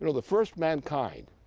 you know the first mankind,